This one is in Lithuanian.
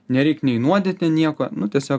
nereik nei nuodyt ten nieko nu tiesiog